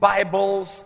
Bibles